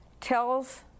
tells